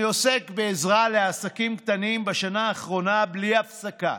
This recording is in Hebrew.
אני עוסק בעזרה לעסקים קטנים בשנה האחרונה בלי הפסקה.